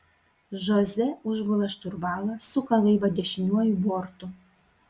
žoze užgula šturvalą suka laivą dešiniuoju bortu